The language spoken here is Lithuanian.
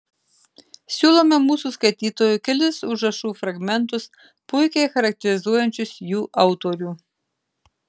siūlome mūsų skaitytojui kelis užrašų fragmentus puikiai charakterizuojančius jų autorių